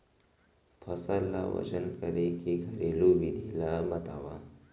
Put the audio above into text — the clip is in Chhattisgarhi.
फसल ला वजन करे के घरेलू विधि ला बतावव?